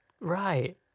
Right